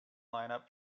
lineup